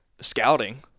scouting